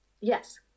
Yes